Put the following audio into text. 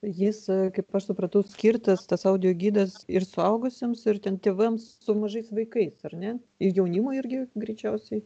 jis kaip aš supratau skirtas tas audiogidas ir suaugusiems ir ten tėvams su mažais vaikais ar ne ir jaunimui irgi greičiausiai